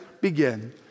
Begin